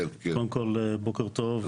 קודם כל בוקר טוב,